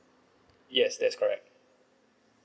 yes that's correct